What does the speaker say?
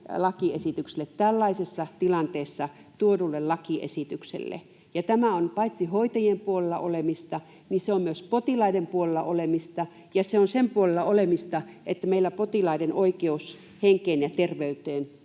lakiesitykselle, tällaisessa tilanteessa tuodulle lakiesitykselle. Paitsi että tämä on hoitajien puolella olemista, se on myös potilaiden puolella olemista, ja se on sen puolella olemista, että meillä potilaiden oikeus henkeen ja terveyteen